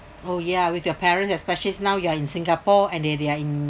oh yeah with your parents especially is now you're in singapore and they're they're in